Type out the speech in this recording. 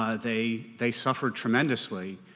ah they they suffered tremendously.